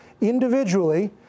Individually